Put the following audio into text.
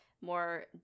more